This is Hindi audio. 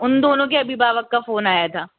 उन दोनों का अभिभावक का फोन आया था